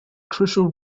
crucial